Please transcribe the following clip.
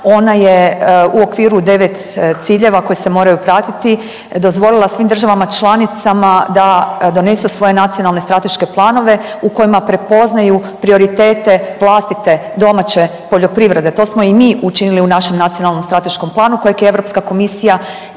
ona je u okviru 9 ciljeva koji se moraju pratiti, dozvolila svim državama članicama da donesu svoje nacionalne strateške planove u kojima prepoznaju prioritete vlastite domaće poljoprivredne, to smo i mi učinili u našem nacionalnom strateškom planu kojeg je Europskog komisija